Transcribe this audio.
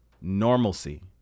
normalcy